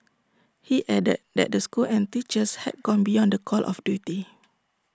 he added that the school and teachers had gone beyond the call of duty